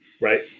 right